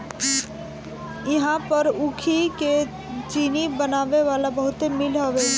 इहां पर ऊखी के चीनी बनावे वाला बहुते मील हवे